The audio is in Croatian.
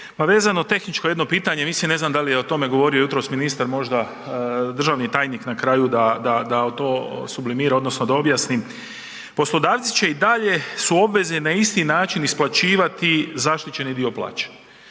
vezano, tehničko jedno pitanje, mislim, ne znam da li je o tome govorio jutros ministar, možda, državni tajnik na kraju da to sublimira, odnosno da objasni, poslodavci će i dalje, su obvezni na isti način isplaćivati zaštićeni dio plaće.